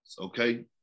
okay